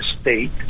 state